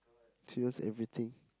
she knows everything